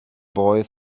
boy